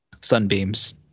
sunbeams